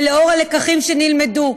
ולאור הלקחים שנלמדו,